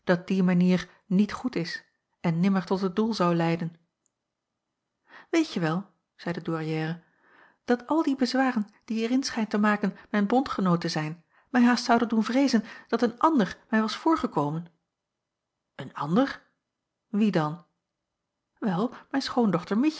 dat die manier niet goed is en nimmer tot het doel zou leiden weetje wel zeî de douairière dat al die bezwaren die je er in schijnt te maken mijn bondgenoot te zijn mij haast zouden doen vreezen dat een ander mij was voorgekomen een ander en wie dan wel mijn schoondochter